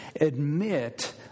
admit